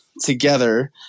together